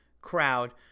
crowd